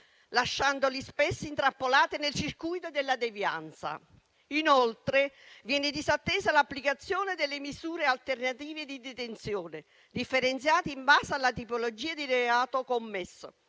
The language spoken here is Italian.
lasciandoli spesso intrappolati nel circuito della devianza. Inoltre, viene disattesa l'applicazione delle misure alternative di detenzione, differenziate in base alla tipologia di reato commesso,